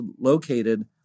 located